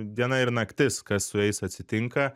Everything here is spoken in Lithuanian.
diena ir naktis kas su jais atsitinka